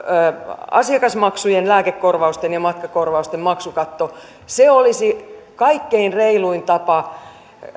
asiakasmaksujen lääkekorvausten ja matkakorvausten maksukaton se olisi kaikkein reiluin tapa